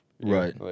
Right